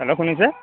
hello শুনিছে